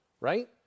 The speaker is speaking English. right